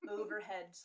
overhead